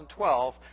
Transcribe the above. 2012